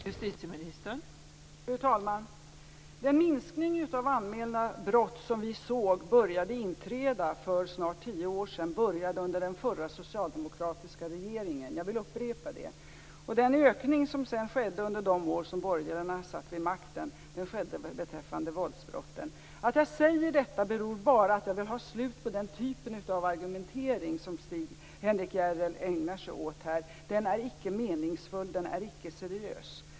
Fru talman! Den minskning av antalet anmälda brott som började inträda för snart tio år sedan inleddes under den förra socialdemokratiska regeringen. Jag vill upprepa det. Den ökning som sedan skedde under de år när borgarna satt vid makten skedde beträffande våldsbrotten. Att jag säger detta beror bara på att jag vill ha ett slut på den typ av argumentering som Henrik Järrel här ägnar sig åt. Den är icke meningsfull och icke seriös.